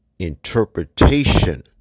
interpretation